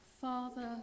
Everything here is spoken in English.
Father